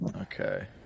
Okay